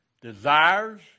desires